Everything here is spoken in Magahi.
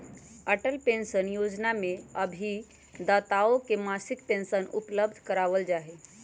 अटल पेंशन योजना में अभिदाताओं के मासिक पेंशन उपलब्ध करावल जाहई